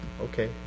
okay